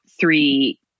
three